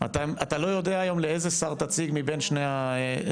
אתה לא יודע היום לאיזה שר תציג מבין שני השרים.